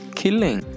killing